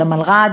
של המלר"ד,